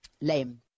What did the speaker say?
lame